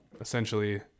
Essentially